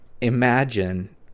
Imagine